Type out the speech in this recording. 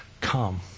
Come